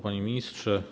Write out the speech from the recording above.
Panie Ministrze!